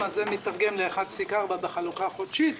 אז זה מיתרגם ל-1.4% בחלוקה החודשית.